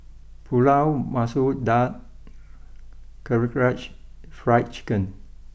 Pulao Masoor Dal Karaage Fried Chicken